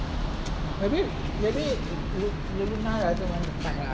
have you maybe lu~ luna doesn't want to fight lah